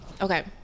Okay